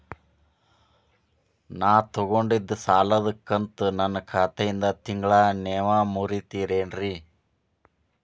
ನಾ ತೊಗೊಂಡಿದ್ದ ಸಾಲದ ಕಂತು ನನ್ನ ಖಾತೆಯಿಂದ ತಿಂಗಳಾ ನೇವ್ ಮುರೇತೇರೇನ್ರೇ?